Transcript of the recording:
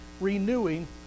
renewing